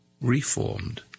Reformed